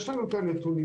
יש לנו את הנתונים.